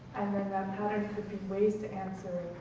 and then that pattern could be ways to answer